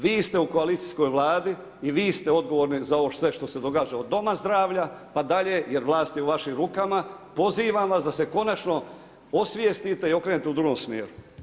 Vi ste, u koalicijskoj Vladi, i vi ste odgovorni za ovo sve što se događa, od Doma zdravlja pa dalje, jer vlast je u vašim rukama, pozivam vas da se konačno osvijestite i okrenete u drugom smjeru.